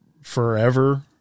forever